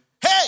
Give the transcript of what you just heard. hey